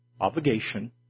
obligation